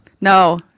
No